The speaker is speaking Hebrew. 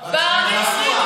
מה לא נכון?